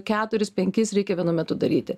keturis penkis reikia vienu metu daryti